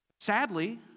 Sadly